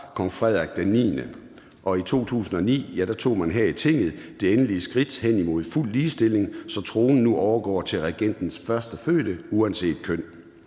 Kong Frederik IX. Og i 2009 tog man her i Tinget det endelige skridt hen imod fuld ligestilling, så tronen nu overgår til regentens førstefødte uanset køn.